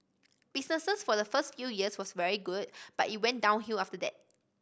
businesses for the first few years was very good but it went downhill after that